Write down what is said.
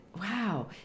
wow